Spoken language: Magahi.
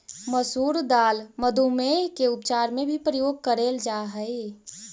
मसूर दाल मधुमेह के उपचार में भी प्रयोग करेल जा हई